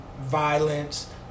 violence